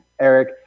Eric